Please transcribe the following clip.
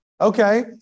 okay